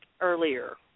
earlier